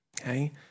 Okay